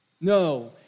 No